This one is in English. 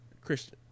Christian